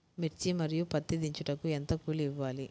మిర్చి మరియు పత్తి దించుటకు ఎంత కూలి ఇవ్వాలి?